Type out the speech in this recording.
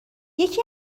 یکی